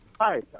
hi